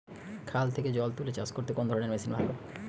খাল থেকে জল তুলে চাষ করতে কোন ধরনের মেশিন ভালো?